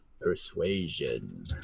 persuasion